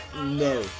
No